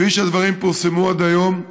כפי שהדברים פורסמו עד היום,